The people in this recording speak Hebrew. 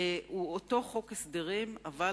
הוא אותו חוק הסדרים, אבל